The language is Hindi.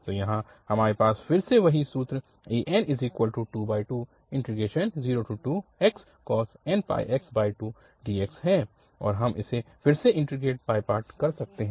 तो यहाँ हमारे पास फिर से वही सूत्र an2202xcos nπx2 dx है और हम इसे फिर से इन्टीग्रेट बाय पार्ट कर सकते हैं